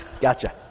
Gotcha